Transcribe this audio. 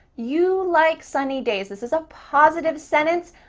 you like sunny days, this is a positive sentence,